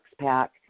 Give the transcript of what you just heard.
Pack